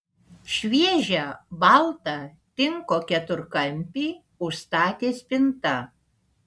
šviežią baltą tinko keturkampį užstatė spinta